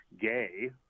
gay